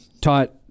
taught